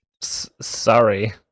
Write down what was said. Sorry